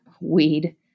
weed